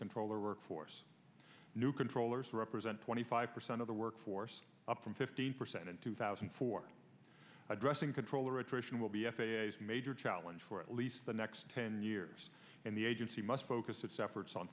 controller workforce new controllers represent twenty five percent of the workforce up from fifteen percent in two thousand and four addressing controller attrition will be f a s major challenge for at least the next ten years and the agency must focus its efforts on